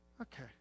Okay